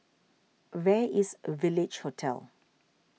where is a Village Hotel